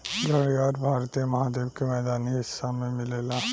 घड़ियाल भारतीय महाद्वीप के मैदानी हिस्सा में मिलेला